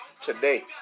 today